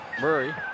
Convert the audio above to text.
Murray